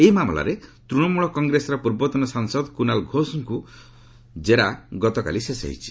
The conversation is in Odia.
ଏହି ମାମଲାରେ ତୃଣମୂଳକ କଂଗ୍ରେସର ପୂର୍ବତନ ସାଂସଦ କୁନାଲ୍ ଘୋଷଙ୍କୁ ଜେରା ଗତକାଲି ଶେଷ ହୋଇଛି